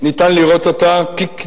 ניתן לראות כקדימון,